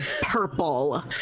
purple